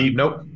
nope